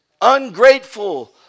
ungrateful